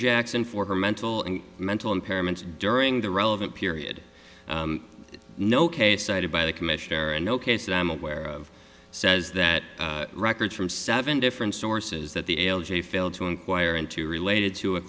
jackson for her mental and mental impairments during the relevant period no case cited by the commissioner and no case that i am aware of says that records from seven different sources that the l g failed to inquire into related to a